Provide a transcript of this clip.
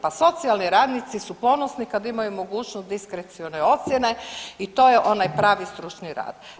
Pa socijalni radnici su ponosni kad imaju mogućnost diskrecione ocjene i to je onaj pravi stručni rad.